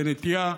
לנטייה.